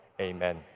Amen